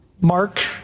Mark